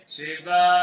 Shiva